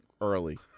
early